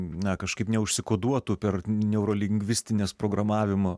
na kažkaip neužsikoduotų per neurolingvistines programavimo